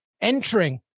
entering